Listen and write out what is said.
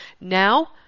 Now